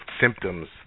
symptoms